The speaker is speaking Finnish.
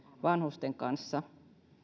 vanhusten kanssa